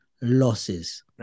losses